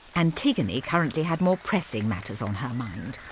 antigone currently had more pressing matters on her mind.